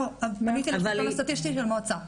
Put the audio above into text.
הפניתי למקור של כל הנתונים שלכם,